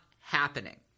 happening